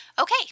Okay